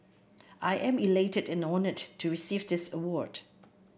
I am elated and honoured to receive this award